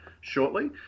shortly